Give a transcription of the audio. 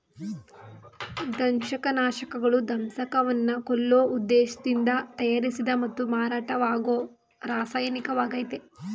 ದಂಶಕನಾಶಕಗಳು ದಂಶಕವನ್ನ ಕೊಲ್ಲೋ ಉದ್ದೇಶ್ದಿಂದ ತಯಾರಿಸಿದ ಮತ್ತು ಮಾರಾಟವಾಗೋ ರಾಸಾಯನಿಕವಾಗಯ್ತೆ